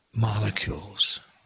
molecules